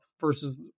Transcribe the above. versus